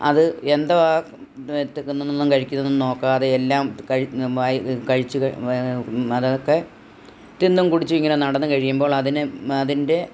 അത് എന്തുവാണ് തിന്നുന്നതും കഴിക്കുന്നതൊന്നും നോക്കാതെ എല്ലാം കഴി വായിൽ കഴിച്ച് അതൊക്കെ തിന്നും കുടിച്ചും ഇങ്ങനെ നടന്ന് കഴിയുമ്പോൾ അതിനെ അതിൻ്റെ